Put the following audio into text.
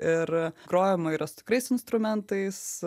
ir grojama yra su tikrais instrumentais